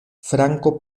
franco